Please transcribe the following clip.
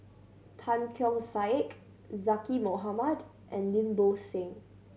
Tan Keong Saik Zaqy Mohamad and Lim Bo Seng